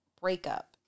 breakup